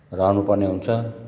रहनुपर्ने हुन्छ